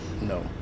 No